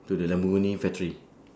to the lamborghini factory